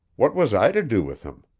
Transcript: what was i to do with him?